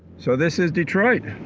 so this is detroit